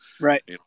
Right